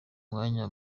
mwanya